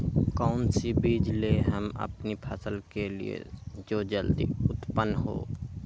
कौन सी बीज ले हम अपनी फसल के लिए जो जल्दी उत्पन हो?